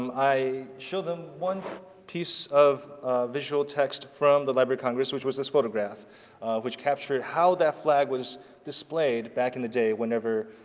um i showed them one piece of visual text from the library of congress which was this photograph which capture how that flag was displayed back in the day whenever